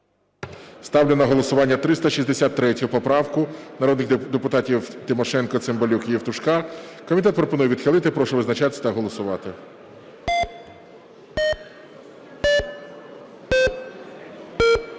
Ставлю на голосування 363 поправку народних депутатів Тимошенко, Цимбалюка, Євтушка. Комітет пропонує відхилити. Прошу визначатися та голосувати.